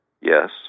Yes